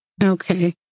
Okay